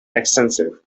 extensive